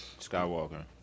Skywalker